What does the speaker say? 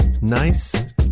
nice